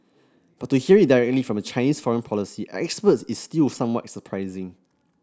but to hear it directly from a Chinese foreign policy expert is still somewhat surprising